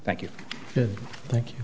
thank you thank you